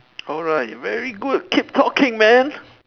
alright very good keep talking man